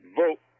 vote